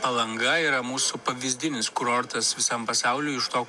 palanga yra mūsų pavyzdinis kurortas visam pasauliui iš to